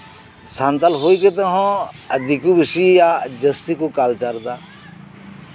ᱥᱟᱱᱛᱟᱞ ᱦᱩᱭ ᱠᱟᱛᱮᱫ ᱦᱚᱸ ᱫᱤᱠᱩ ᱯᱩᱥᱤᱭᱟᱜ ᱟᱨ ᱡᱟᱹᱥᱛᱤ ᱠᱚ ᱠᱟᱞᱪᱟᱨ ᱮᱫᱟ